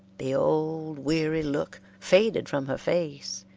the old weary look faded from her face,